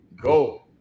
go